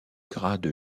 grade